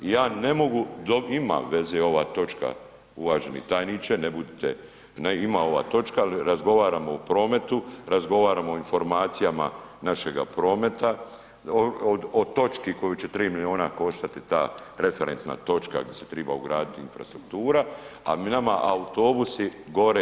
Ja ne mogu, ima veze ova točka uvaženi tajniče, ne budite, ima ova točka jer razgovaramo o prometu, razgovaramo o informacijama našeg prometa, o točki koju će 3 milijuna koštati ta referentna točka gdje se treba ugraditi infrastruktura a nama autobusi gore.